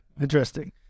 interesting